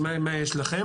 מה יש לכם,